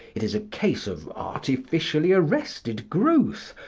it is a case of artificially arrested growth,